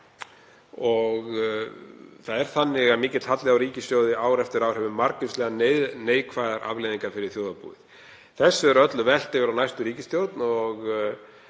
há upphæð og mikill halli á ríkissjóði ár eftir ár hefur margvíslegar neikvæðar afleiðingar fyrir þjóðarbúið. Þessu er öllu velt yfir á næstu ríkisstjórn og